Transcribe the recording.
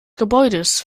gebäudes